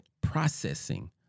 processing